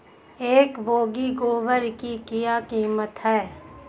एक बोगी गोबर की क्या कीमत है?